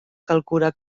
calcula